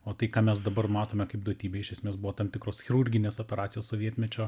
o tai ką mes dabar matome kaip duotybę iš esmės buvo tam tikros chirurginės operacijos sovietmečio